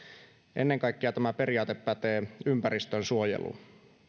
ennen kaikkea tämä periaate pätee ympäristönsuojeluun